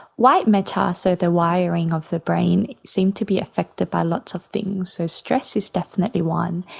white matter, so the wiring of the brain, seems to be affected by lots of things. so stress is definitely one,